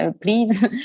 please